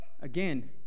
Again